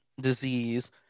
disease